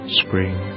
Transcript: spring